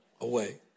away